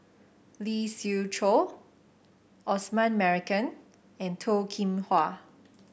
Lee Siew Choh Osman Merican and Toh Kim Hwa